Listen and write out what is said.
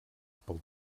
pel